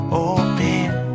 open